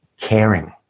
caring